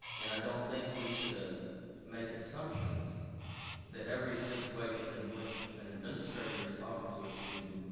and i don't think we should ah make assumptions that every situation in which an administrator is talking to a student,